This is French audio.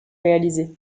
réalisé